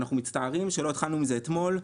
אנחנו מצטערים שלא התחלנו עם זה אתמול.